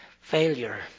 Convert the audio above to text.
Failure